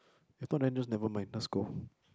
I thought then just never mind let's go